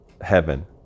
heaven